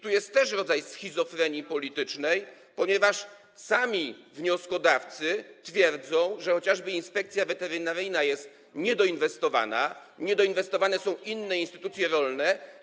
Tu jest też rodzaj schizofrenii politycznej, ponieważ sami wnioskodawcy twierdzą, że chociażby Inspekcja Weterynaryjna jest niedoinwestowana, niedoinwestowane są inne instytucje rolne.